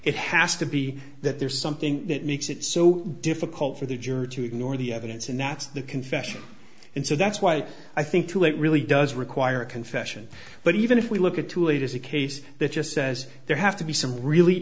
it has to be that there's something that makes it so difficult for the juror to ignore the evidence and that's the confession and so that's why i think too late really does require a confession but even if we look at too late as a case that just says there have to be some really